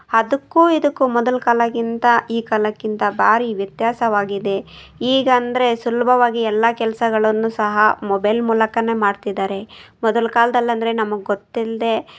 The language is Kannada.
ಅದಕ್ಕೂ ಇದಕ್ಕೂ ಮೊದಲ ಕಾಲಕ್ಕಿಂತ ಈ ಕಾಲಕ್ಕಿಂತ ಭಾರೀ ವ್ಯತ್ಯಾಸವಾಗಿದೆ ಈಗ ಅಂದರೆ ಸುಲಭವಾಗಿ ಎಲ್ಲ ಕೆಲಸಗಳನ್ನೂ ಸಹ ಮೊಬೈಲ್ ಮೂಲಕನೇ ಮಾಡ್ತಿದ್ದಾರೆ ಮೊದಲ ಕಾಲ್ದಲ್ಲಿ ಅಂದರೆ ನಮಗೆ ಗೊತ್ತಿಲ್ಲದೇ